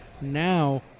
now